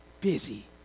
busy